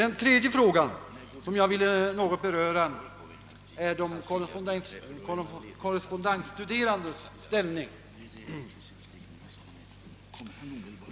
Den tredje frågan, som jag ville något beröra, är de korrespondensstuderandes ställning.